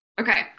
Okay